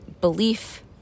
belief